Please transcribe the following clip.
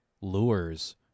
lures